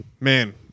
man